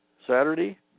Saturday